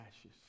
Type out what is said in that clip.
ashes